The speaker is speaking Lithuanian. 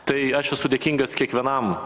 tai aš esu dėkingas kiekvienam